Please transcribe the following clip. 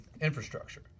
infrastructure